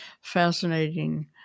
fascinating